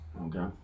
Okay